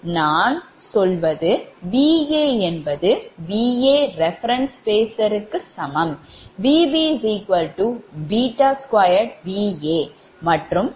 நான் சொல்வது Va என்பது Va reference hh phasorக்கு சமம் Vb2 Va மற்றும் Vc βVa ஆகும்